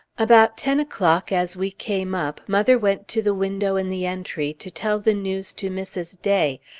about ten o'clock, as we came up, mother went to the window in the entry to tell the news to mrs. day,